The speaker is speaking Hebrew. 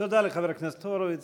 תודה לחבר הכנסת הורוביץ.